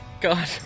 God